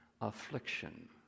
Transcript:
affliction